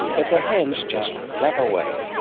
but their hands just flap away.